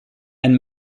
and